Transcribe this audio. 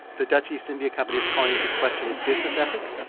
the dutch east india company is calling into question his business ethics.